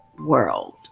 world